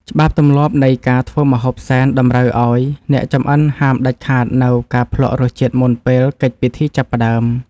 ច្បាប់ទម្លាប់នៃការធ្វើម្ហូបសែនតម្រូវឱ្យអ្នកចម្អិនហាមដាច់ខាតនូវការភ្លក្សរសជាតិមុនពេលកិច្ចពិធីចាប់ផ្តើម។